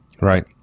Right